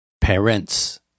parents